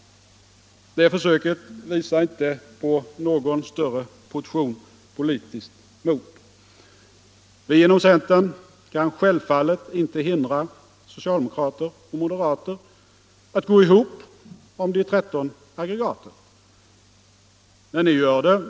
Det försöket visar inte på någon större portion av politiskt mod. Vi inom centern kan självfallet inte hindra socialdemokrater och moderater att gå ihop om de 13 aggregaten.